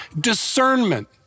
discernment